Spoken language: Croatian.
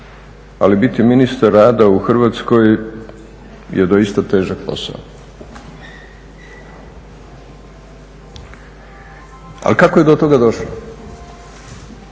ali biti ministar rada u Hrvatskoj je doista težak posao. Ali kako je do toga došlo